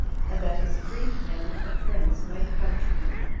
and that his freed-men and friends might come to him,